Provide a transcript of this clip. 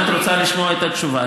אבל אם את רוצה לשמוע את התשובה,